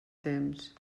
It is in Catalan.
temps